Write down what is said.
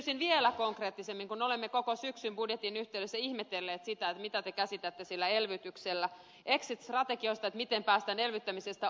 kysyisin vielä konkreettisemmin kun olemme koko syksyn budjetin yhteydessä ihmetelleet sitä mitä te käsitätte sillä elvytyksellä exit strategialla miten päästään elvyttämisestä ohi